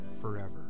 forever